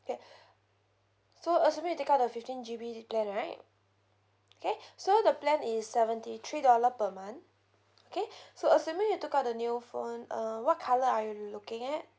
K so assuming you take up the fifteen G_B plan right K so the plan is seventy three dollar per month okay so assuming you took up the new phone uh what colour are y~ you looking at